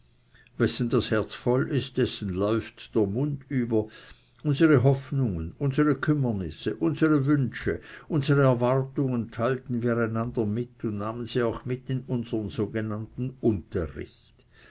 wessen das herz voll ist dessen läuft der mund über unsere hoffnungen unsere kümmernisse unsere wünsche unsere erwartungen teilten wir einander mit und nahmen sie auch mit in unsern sogenannten unterricht